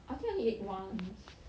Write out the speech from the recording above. I think I only ate once